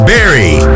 Barry